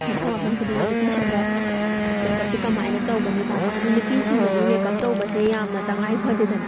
ꯃꯐꯝ ꯃꯐꯝ ꯈꯨꯗꯤꯡꯗ ꯅꯨꯄꯤꯁꯤꯡꯗ ꯃꯦꯀꯞꯁꯦ ꯀꯃꯥꯏꯅ ꯇꯧꯒꯅꯤ ꯇꯥꯛꯄ ꯍꯥꯏꯗꯤ ꯅꯨꯄꯤꯁꯤꯡꯗꯗꯤ ꯃꯦꯀꯞ ꯇꯧꯕꯁꯦ ꯌꯥꯝꯅ ꯇꯉꯥꯏ ꯐꯗꯦꯗꯅ